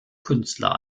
künstler